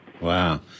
Wow